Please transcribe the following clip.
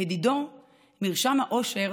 לדידו, מרשם האושר